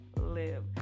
live